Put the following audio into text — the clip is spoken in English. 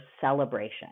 celebration